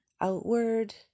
outward